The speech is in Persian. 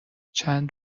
چند